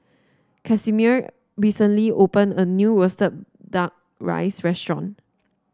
Casimir recently opened a new roasted Duck Rice Restaurant